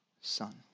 Son